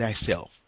thyself